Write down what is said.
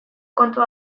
kontu